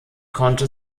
konnte